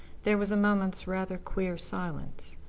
there was a moment's rather queer silence.